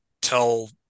tell